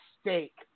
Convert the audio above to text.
steak